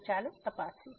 તો ચાલો તપાસીએ